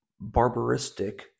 barbaristic